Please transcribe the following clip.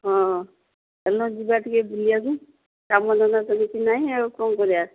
ହଁ ଚାଲ ଯିବା ଟିକେ ବୁଲିବାକୁ କାମଧନ୍ଦା ତ କିଛି ନାହିଁ ଆଉ କ'ଣ କରିବା